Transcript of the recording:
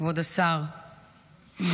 כבוד השר,